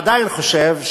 עדיין חושב,